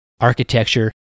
architecture